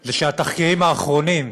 הוא שהתחקירים האחרונים,